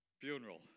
Funeral